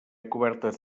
cobertes